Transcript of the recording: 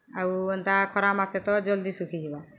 ଆଉ ଏନ୍ତା ଖରାମାସେ ତ ଜଲ୍ଦି ଶୁଖିଯିବା